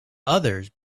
others